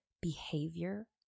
behavior